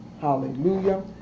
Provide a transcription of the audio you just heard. hallelujah